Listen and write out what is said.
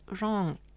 wrong